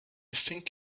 think